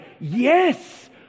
Yes